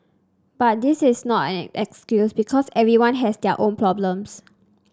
but this is not an excuse because everyone has their own problems